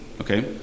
okay